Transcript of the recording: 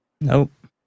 Nope